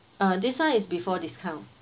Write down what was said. uh this one is before discount